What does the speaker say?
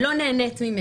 שגם כך לא נהנית ממנו.